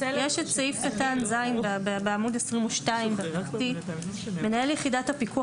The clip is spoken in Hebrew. יש את סעיף קטן (ז) בעמוד 22. "מנהל יחידת הפיקוח